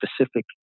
specific